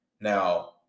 Now